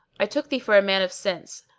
i took thee for a man of sense,